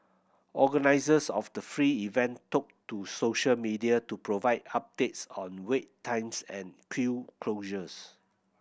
organisers of the free event took to social media to provide updates on wait times and queue closures